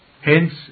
Hence